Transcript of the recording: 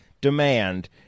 demand